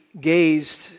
gazed